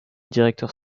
directeurs